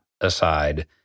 aside